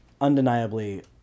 undeniably